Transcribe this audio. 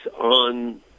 on